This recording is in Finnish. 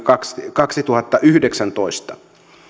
kaksituhattayhdeksäntoista